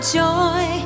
joy